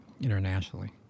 internationally